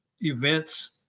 events